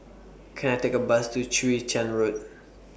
Can I Take A Bus to Chwee Chian Road